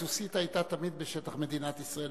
סוסיתא היתה תמיד בשטח מדינת ישראל,